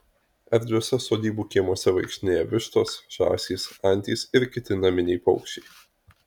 erdviuose sodybų kiemuose vaikštinėja vištos žąsys antys ir kiti naminiai paukščiai